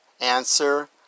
Answer